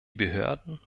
behörden